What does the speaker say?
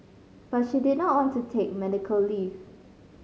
but she did not want to take medical leave